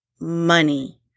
Money